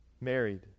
married